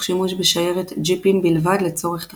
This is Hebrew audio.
שימוש בשיירת ג'יפים בלבד לצורך תחבורה.